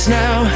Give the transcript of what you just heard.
now